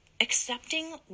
accepting